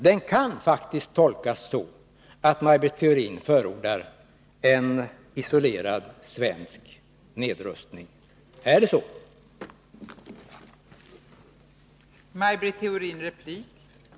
Det kan faktiskt tolkas så att Maj Britt Theorin förordar en isolerad svensk nedrustning. Är det så?